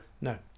No